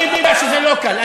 אני יודע שזה לא קל.